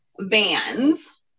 vans